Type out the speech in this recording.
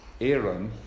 Aaron